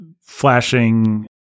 flashing